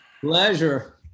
Pleasure